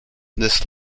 this